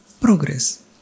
progress